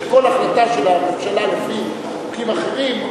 שבכל החלטה של הממשלה לפי נימוקים אחרים,